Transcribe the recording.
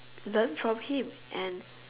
learn from him and